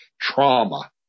trauma